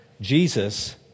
Jesus